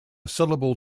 syllable